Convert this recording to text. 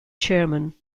chairman